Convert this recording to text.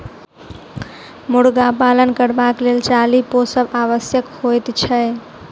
मुर्गा पालन करबाक लेल चाली पोसब आवश्यक होइत छै